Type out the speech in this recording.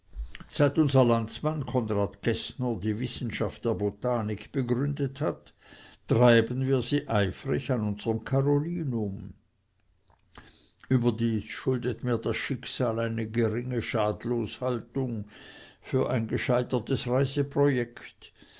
unser landsmann konrad geßner die wissenschaft der botanik begründet hat treiben wir sie eifrig an unserm carolinum überdies schuldet mir das schicksal eine geringe schadloshaltung für ein gescheitertes reiseprojekt